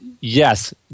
Yes